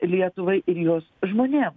lietuvai ir jos žmonėm